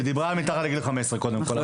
היא דיברה על מתחת לגיל 15, קודם כל.